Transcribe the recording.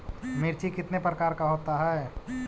मिर्ची कितने प्रकार का होता है?